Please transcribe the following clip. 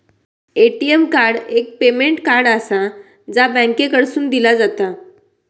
ATM card एक payment card आसा, जा बँकेकडसून दिला जाता